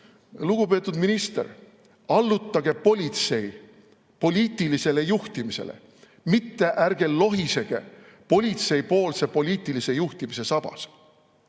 Lugupeetud minister, allutage politsei poliitilisele juhtimisele, mitte ärge lohisege politsei poliitilise juhtimise sabas.